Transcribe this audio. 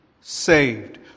saved